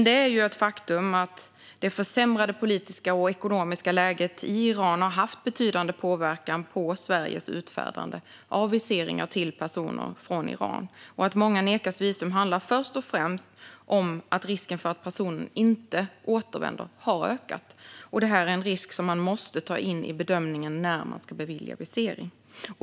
Det är dock ett faktum att det försämrade politiska och ekonomiska läget i Iran har haft betydande påverkan på Sveriges utfärdande av visum till personer från Iran. Att många nekas visum handlar först och främst om att risken för att personer inte återvänder har ökat, och det är en risk som måste tas in i bedömningen när visum ska beviljas.